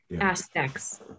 aspects